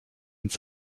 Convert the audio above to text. ins